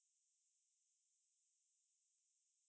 um I I strongly recommend you to take